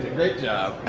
great